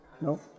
No